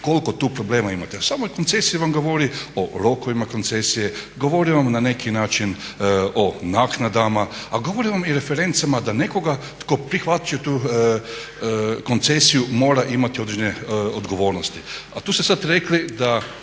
koliko tu problema imate. A samo koncesija govori o rokovima koncesije, govori vam na neki način o naknadama, a govori vam i o referencama da nekoga tko prihvati tu koncesiju mora imati određene odgovornosti. A tu ste sad rekli da